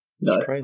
No